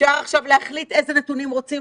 אפשר עכשיו להחליט איזה נתונים רוצים